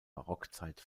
barockzeit